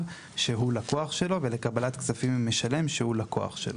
שהוא לקוח שלו ולקבלת כספים ממשלם שהוא לקוח שלו".